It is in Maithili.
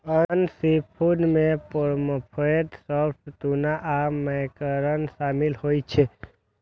आन सीफूड मे पॉमफ्रेट, शार्क, टूना आ मैकेरल शामिल छै